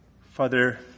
father